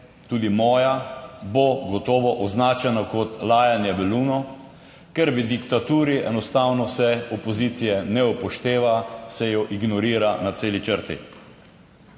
tudi moja bo gotovo označeno kot lajanje v luno, ker v diktaturi enostavno se opozicije ne upošteva, se jo ignorira na celi črti.